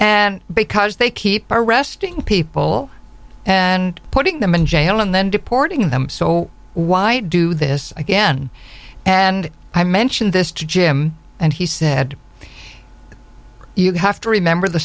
and because they keep arresting people and putting them in jail and then deporting them so why do this again and i mention this to jim and he said you have to remember the